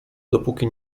dopóki